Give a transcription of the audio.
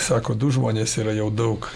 sako du žmonės yra jau daug